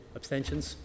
abstentions